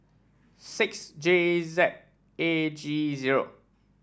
six J Z A G zero